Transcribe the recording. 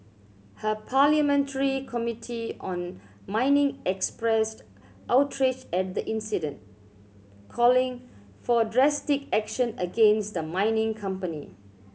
her parliamentary committee on mining expressed outrage at the incident calling for drastic action against the mining company